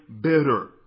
bitter